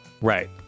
Right